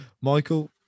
Michael